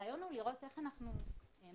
הרעיון הוא לראות איך אנחנו מייצגים